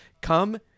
Come